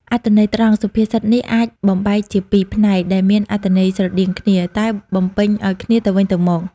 អត្ថន័យត្រង់សុភាសិតនេះអាចបំបែកជាពីរផ្នែក ដែលមានអត្ថន័យស្រដៀងគ្នា តែបំពេញឲ្យគ្នាទៅវិញទៅមក។